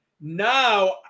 Now